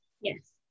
Yes